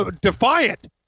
defiant